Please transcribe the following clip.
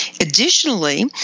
Additionally